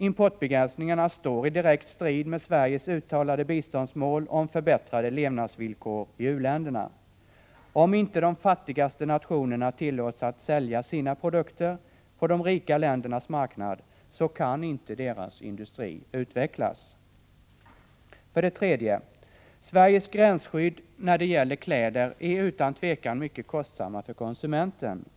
Importbegränsningarna står i direkt strid med Sveriges uttalade biståndsmål om förbättrade levnadsvillkor i u-länderna. Om inte de fattigaste nationerna tillåts att sälja sina produkter på de rika ländernas marknad, kan inte deras industri utvecklas. Ytterligare ett argument: Sveriges gränsskydd när det gäller kläder är utan tvivel mycket kostsamma för konsumenten.